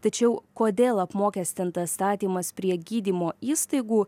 tačiau kodėl apmokestintas statymas prie gydymo įstaigų